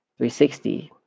360